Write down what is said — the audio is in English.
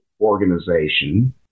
organization